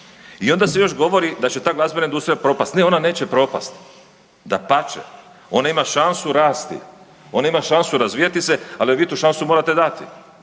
I onda se još govori da će ta glazbena industrija propasti, ne, ona neće propasti. Dapače, ona ima šansu rasti, ona ima šansu razvijati se, ali joj vi tu šansu morate dati,